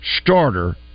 starter